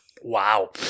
Wow